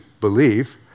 believe